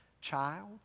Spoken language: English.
child